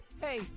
hey